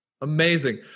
Amazing